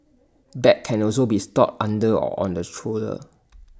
bags can also be stored under or on the stroller